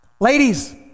Ladies